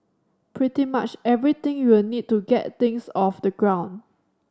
pretty much everything you will need to get things off the ground